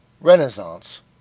Renaissance